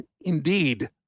indeed